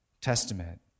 Testament